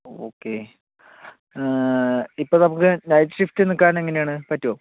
okay ഇപ്പോൾ നമ്മൾക്ക് night shift നിൽക്കാൻ എങ്ങനെ ആണ് പറ്റുമോ